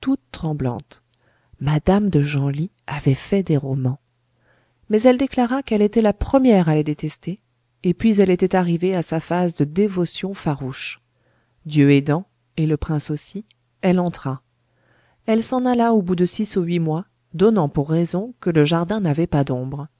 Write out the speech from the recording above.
tremblantes madame de genlis avait fait des romans mais elle déclara qu'elle était la première à les détester et puis elle était arrivée à sa phase de dévotion farouche dieu aidant et le prince aussi elle entra elle s'en alla au bout de six ou huit mois donnant pour raison que le jardin n'avait pas d'ombre